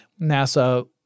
NASA